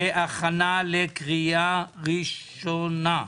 להכנה לקריאה ראשונה.